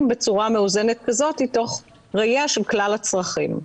בצורה מאוזנת כזאת תוך ראייה של כלל הצרכים.